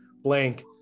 blank